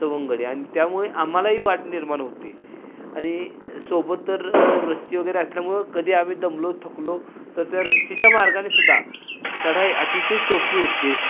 सवंगडी आणि त्यामुळे आम्हालाही वाट निर्माण होते आणि सोबत जर रशी वगैरे असल्यामुळं कधी आम्ही दमलो थकलो तर त्या ररशीच्या मार्गानेसुद्धा चढाई अतिशय सोपी होते